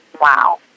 wow